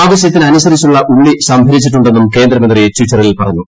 ആവശ്യത്തിനനുസരിച്ചുള്ള ഉള്ളി സംഭരിച്ചിട്ടുണ്ടെന്നും കേന്ദ്രമന്ത്രി ട്വിറ്ററിൽ പറഞ്ഞു